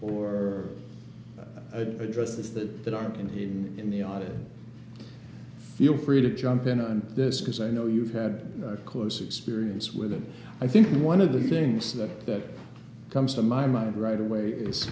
or addresses that that are going in the audience feel free to jump in on this because i know you've had close experience with them i think one of the things that comes to my mind right away is